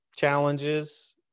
challenges